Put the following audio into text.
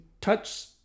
touch